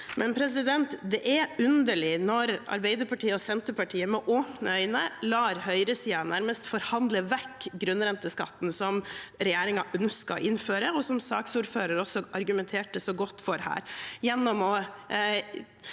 skattesystemet. Det er underlig når Arbeiderpartiet og Senterpartiet med åpne øyne lar høyresiden nærmest forhandle vekk grunnrenteskatten, som regjeringen ønsker å innføre, og som saksordføreren også argumenterte så godt for her, gjennom å